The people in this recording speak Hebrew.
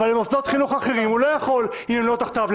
אבל את מוסדות חינוך אחרים הוא לא יכול אם הם לא תחתיו,